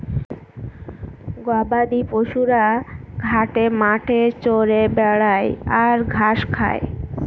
গবাদি পশুরা ঘাটে মাঠে চরে বেড়ায় আর ঘাস খায়